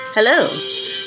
Hello